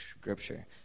Scripture